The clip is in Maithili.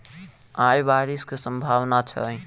आय बारिश केँ सम्भावना छै?